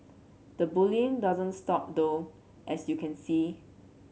the bullying doesn't stop though as you can see